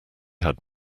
had